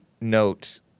note